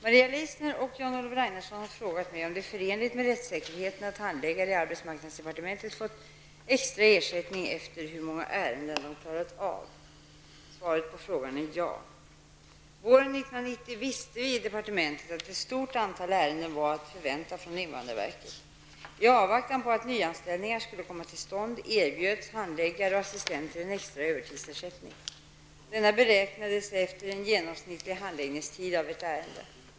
Maria Leissner och Jan-Olof Ragnarsson har frågat mig om det är förenligt med rättssäkerheten att handläggare i arbetsmarknadsdepartementet fått extra ersättning efter hur många ärenden de klarat av. Svaret på frågan är ja! Våren 1990 visste vi i departementet att ett stort antal ärenden var att förvänta från invandrarverket. I avvaktan på att nyanställningar skulle komma till stånd, erbjöds handläggare och assistenter extra övertidsersättning. Denna beräknades efter en genomsnittlig handläggningstid av ett ärende.